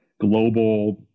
global